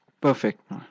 perfect